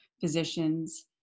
physicians